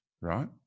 right